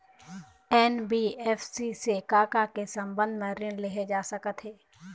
NBFC से का का के संबंध म ऋण लेहे जा सकत हे?